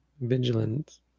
vigilant